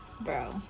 Bro